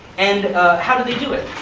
and how did they do it.